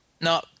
No